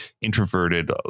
introverted